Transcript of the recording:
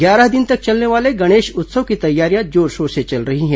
ग्यारह दिन तक चलने वाले गणेश उत्सव की तैयारियां जोर शोर से चल रही हैं